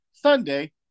Sunday